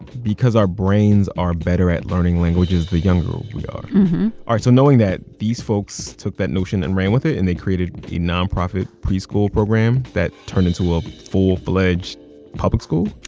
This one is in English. because our brains are better at learning languages the younger we are. so knowing that, these folks took that notion and ran with it, and they created a nonprofit pre-school program that turned into a full-fledged public school?